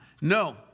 No